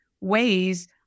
ways